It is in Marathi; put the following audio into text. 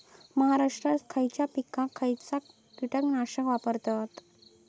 महाराष्ट्रात खयच्या पिकाक खयचा कीटकनाशक वापरतत?